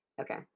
Okay